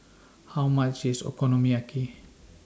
How much IS Okonomiyaki